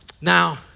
Now